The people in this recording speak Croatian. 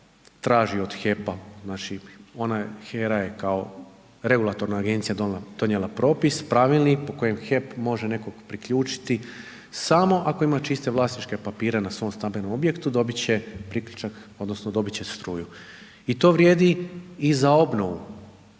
traži od HEP-a, znači HERA je kao regulatorna agencija donijela propis, pravilnik po kojem HEP može nekog priključiti samo ako ima čiste vlasničke papire na svom stambenom objektu dobiti će priključak, odnosno dobiti će struju. I to vrijedi i za obnovu